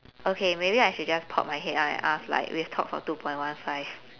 okay maybe I should just pop my head out and ask like we have talked for two point one five